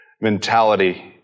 mentality